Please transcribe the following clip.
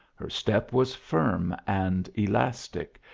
her step was firm and elastic,